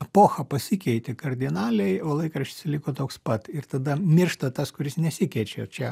epocha pasikeitė kardinaliai o laikraštis liko toks pat ir tada miršta tas kuris nesikeičia čia